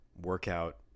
workout